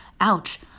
Ouch